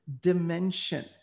dimension